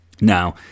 Now